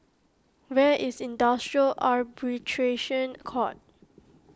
where is Industrial Arbitration Court